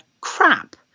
crap